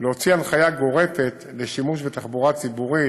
להוציא הנחיה גורפת לשימוש בתחבורה ציבורית